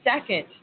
second